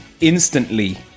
instantly